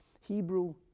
Hebrew